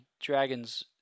Dragons